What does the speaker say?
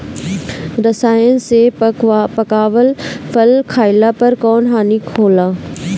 रसायन से पकावल फल खइला पर कौन हानि होखेला?